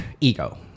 ego